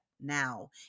Now